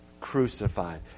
crucified